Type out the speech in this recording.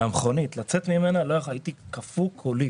לא יכולתי, הייתי קפוא כולי.